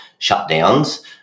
shutdowns